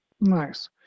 Nice